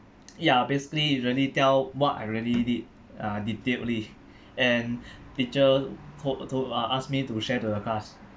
ya basically usually tell what I really did uh detailedly and teacher called told uh asked me to share to the class